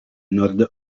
nord